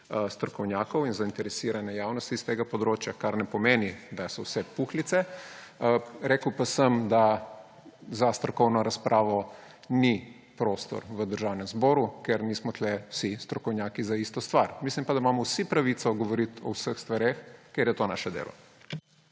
strokovnjakov in zainteresirane javnosti s tega področja, kar ne pomeni, da so to vse puhlice. Rekel pa sem, da za strokovno razpravo ni prostora v Državnem zboru, ker mi smo tukaj vsi strokovnjaki za isto stvar, mislim pa, da imamo vsi pravico govoriti o vseh stvareh, ker je to naše delo.